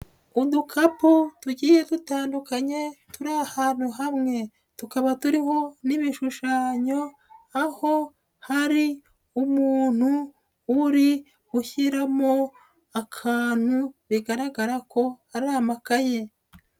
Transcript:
Udukapu tugiye dutandukanye turi ahantu hamwe, tukaba turiho n'ibishushanyo aho hari umuntu uri gushyiramo akantu bigaragara ko ari amakaye.